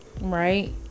right